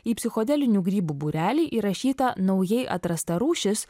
į psichodelinių grybų būrelį įrašyta naujai atrasta rūšis